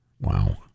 Wow